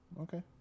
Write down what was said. Okay